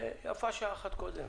ויפה שעה אחת קודם.